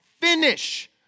finish